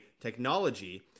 technology